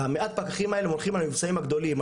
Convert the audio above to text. המעט פקחים האלה הם הולכים על האמצעים הגדולים,